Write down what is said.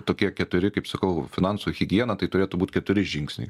tokie keturi kaip sakau finansų higiena tai turėtų būt keturi žingsniai